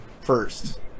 first